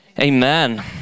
Amen